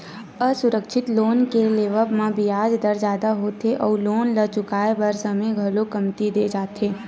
असुरक्छित लोन के लेवब म बियाज दर जादा होथे अउ लोन ल चुकाए बर समे घलो कमती दे जाथे